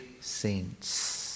saints